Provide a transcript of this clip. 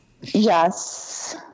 Yes